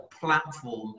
platform